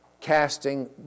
casting